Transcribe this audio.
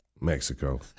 Mexico